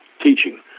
teaching